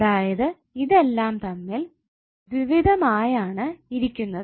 അതായത് ഇതെല്ലാം തമ്മിൽ ദ്വിവിധം ആയാണ് ഇരിക്കുന്നത്